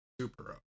super